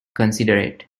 considerate